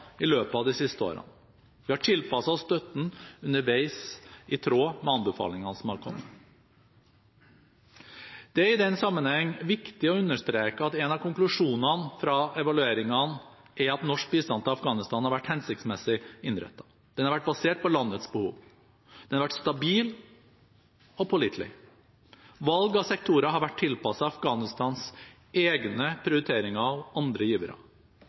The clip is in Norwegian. i løpet av de siste årene. Vi har tilpasset støtten underveis, i tråd med anbefalingene som har kommet. Det er i den sammenheng viktig å understreke at en av konklusjonene fra evalueringene er at norsk bistand til Afghanistan har vært hensiktsmessig innrettet. Den har vært basert på landets behov. Den har vært stabil og pålitelig. Valg av sektorer har vært tilpasset Afghanistans egne prioriteringer og andre givere.